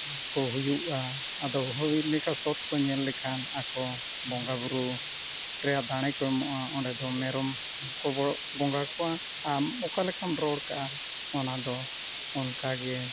ᱠᱚ ᱦᱩᱭᱩᱜᱼᱟ ᱟᱫᱚ ᱦᱩᱭ ᱞᱮᱠᱷᱟᱱ ᱥᱚᱛ ᱠᱚ ᱧᱮᱞ ᱞᱮᱠᱷᱟᱱ ᱟᱠᱚ ᱵᱚᱸᱜᱟᱼᱵᱩᱨᱩ ᱨᱮᱭᱟᱜ ᱫᱟᱲᱮ ᱠᱚ ᱮᱢᱚᱜᱼᱟ ᱚᱸᱰᱮ ᱫᱚ ᱢᱮᱨᱚᱢ ᱠᱚ ᱵᱚᱸᱜᱟ ᱠᱚᱣᱟ ᱟᱢ ᱚᱠᱟ ᱞᱮᱠᱟᱢ ᱨᱚᱲ ᱠᱟᱜᱼᱟ ᱚᱱᱟ ᱫᱚ ᱚᱱᱠᱟᱜᱮ